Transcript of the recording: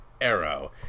Arrow